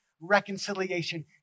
reconciliation